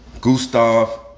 Gustav